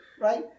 Right